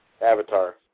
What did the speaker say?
Avatar